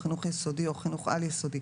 פעילות חינוך והוראות נוספות),